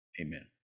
Amen